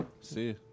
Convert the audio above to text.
see